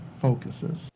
focuses